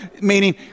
meaning